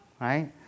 right